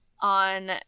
on